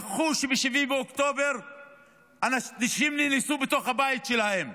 כשב-7 באוקטובר אנשים נאנסו בתוך הבית שלהם,